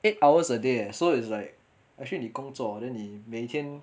eight hours a day leh so it's like actually 你工作 then 你每天